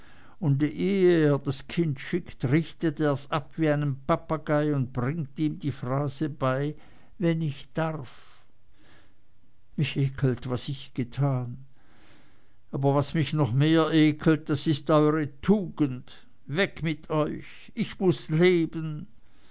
und ehe er das kind schickt richtet er's ab wie einen papagei und bringt ihm die phrase bei wenn ich darf mich ekelt was ich getan aber was mich noch mehr ekelt das ist eure tugend weg mit euch ich muß leben